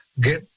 get